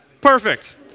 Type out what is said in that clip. perfect